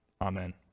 Amen